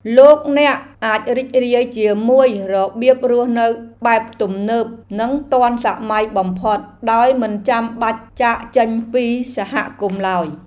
លោកអ្នកអាចរីករាយជាមួយរបៀបរស់នៅបែបទំនើបនិងទាន់សម័យបំផុតដោយមិនបាច់ចាកចេញពីសហគមន៍ឡើយ។